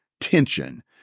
tension